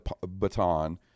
baton